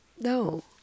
No